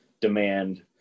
demand